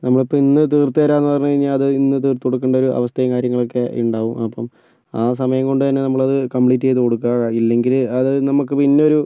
നമ്മളിപ്പോൾ ഇന്ന് തീർത്തു താരാന്ന് പറഞ്ഞു കഴിഞ്ഞാൽ അത് ഇന്ന് തീർത്തു കൊടുക്കണ്ട അവസ്ഥയും കാര്യങ്ങളൊക്കെ ഉണ്ടാവും അപ്പം ആ സമയം കൊണ്ടുതന്നെ നമ്മള് അത് കംപ്ളീറ്റ് ചെയ്തു കൊടുക്കുക ഇല്ലെങ്കില് അത് നമുക്ക് പിന്നൊരു